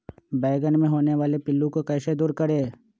बैंगन मे होने वाले पिल्लू को कैसे दूर करें?